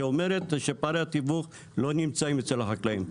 שאומרת שפערי התיווך לא נמצאים אצל החקלאים,